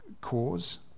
cause